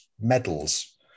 medals